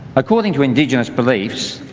according to indigenous beliefs,